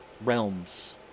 realms